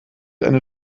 eine